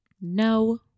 No